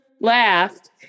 laughed